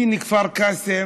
דין כפר קאסם